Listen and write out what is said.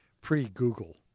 pre-Google